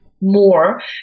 more